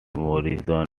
morrison